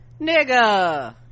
nigga